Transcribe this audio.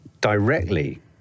directly